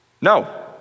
No